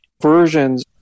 versions